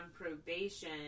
probation